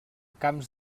camps